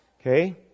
Okay